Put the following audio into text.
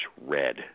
red